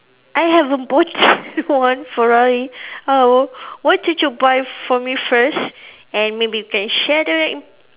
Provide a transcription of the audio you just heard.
I have a one Ferrari how why don't you buy for me first and maybe we can share the